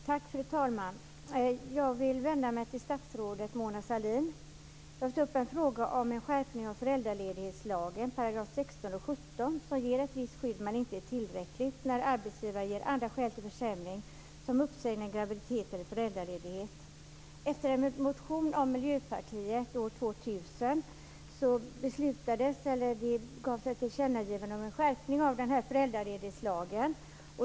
Fru talman! Jag vill vända mig till statsrådet Mona Sahlin. Jag till ta upp frågan om en skärpning av föräldraledighetslagens 16 och 17 §§. De ger ett visst men inte tillräckligt skydd när arbetsgivare anger andra skäl till uppsägning än graviditet eller föräldraledighet. Efter en motion av Miljöpartiet år 2000 gavs ett tillkännagivande om en skärpning av föräldraledighetslagen.